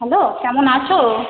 hello কেমন আছো